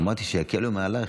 אמרתי שיקלו עלייך,